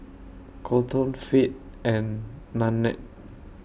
Kolton Fate and Nannette